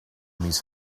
his